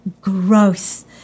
gross